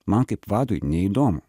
man kaip vadui neįdomu